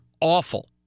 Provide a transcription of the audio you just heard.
awful